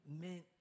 meant